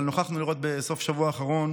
אבל נוכחנו לראות בסוף השבוע האחרון